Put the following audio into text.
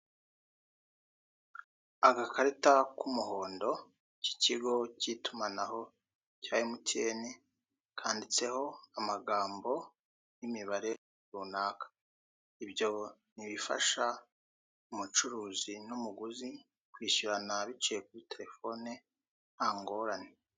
Agakarita k'umuhondo k'ikigo k'itumanaho cya emutiyene. Kanditseho mu magambo n'imibare runaka ibyo ni ibifasha umucuruzi n'umuguzi kwishyurana nta ngorane.